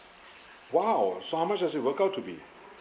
!wow! so how much does it work out to be